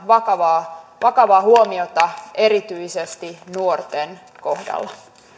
vakavaa vakavaa huomiota erityisesti nuorten kohdalla